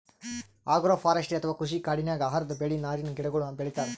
agroforestry ಅಥವಾ ಕೃಷಿ ಕಾಡಿನಾಗ್ ಆಹಾರದ್ ಬೆಳಿ, ನಾರಿನ್ ಗಿಡಗೋಳು ಬೆಳಿತಾರ್